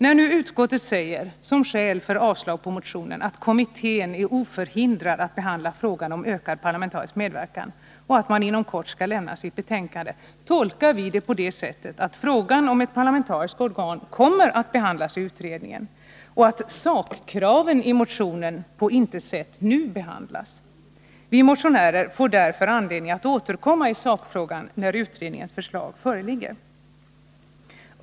När nu utskottet — som skäl för yrkandet om avslag på motionen — säger att kommittén är oförhindrad att behandla frågan om ökad parlamentarisk medverkan och att den inom kort skall avlämna sitt betänkande, tolkar vi detta på det sättet att frågan om ett parlamentariskt organ kommer att behandlas i utredningen och att sakkraven i motionen på intet sätt nu behandlas. Vi motionärer får därför anledning att återkomma i sakfrågan när utredningens förslag föreligger.